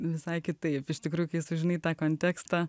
visai kitaip iš tikrųjų kai sužinai tą kontekstą